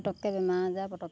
পতককৈ বেমাৰ আজাৰ পতককৈ পায়